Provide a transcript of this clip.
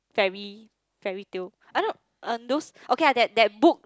fairy~ fairytale I know uh those okay lah that that book